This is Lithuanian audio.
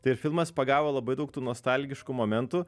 tai ir filmas pagavo labai daug tų nostalgiškų momentų